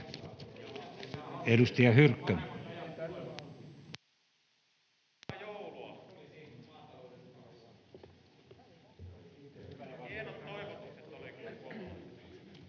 Edustaja Hyrkkö. [Speech